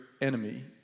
enemy